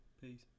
Peace